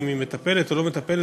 אם היא מטפלת או לא מטפלת,